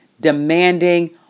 demanding